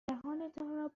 دهانتان